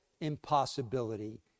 impossibility